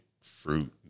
fruit